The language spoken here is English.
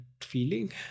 feeling